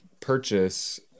purchase